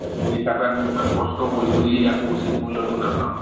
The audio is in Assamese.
সেইটো হিচাপে আমি ইমান কষ্ট কৰি মেলি আকৌ উচিত মূল্যটো নাপাওঁ